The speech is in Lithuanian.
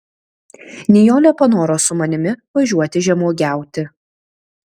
nijolė panoro su manimi važiuoti žemuogiauti